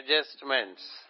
adjustments